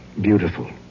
Beautiful